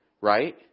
right